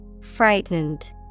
frightened